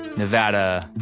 nevada,